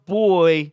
boy